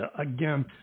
Again